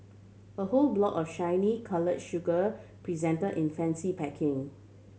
a whole block of shiny colour sugar present in fancy packaging